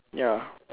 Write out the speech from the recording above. ya